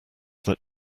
that